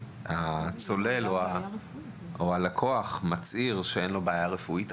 הצולל מצהיר שאין לו בעיה רפואית.